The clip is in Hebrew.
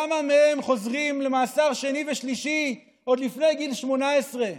כמה מהם חוזרים למאסר שני ושלישי עוד לפני גיל 18?